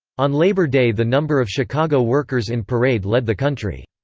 on labor day the number of chicago workers in parade led the country.